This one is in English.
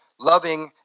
loving